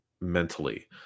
mentally